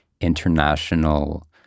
international